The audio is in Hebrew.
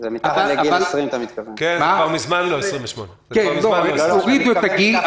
אתה מתכוון מתחת לגיל 20. זה כבר מזמן לא 28. הורידו את הגיל,